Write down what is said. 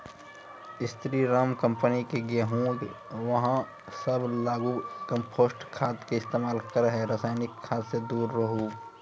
स्री Ram company के गेहूँ अहाँ सब लगाबु कम्पोस्ट खाद के इस्तेमाल करहो रासायनिक खाद से दूर रहूँ?